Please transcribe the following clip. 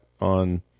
on